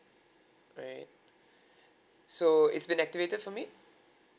alright so it's been activated for me